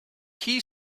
key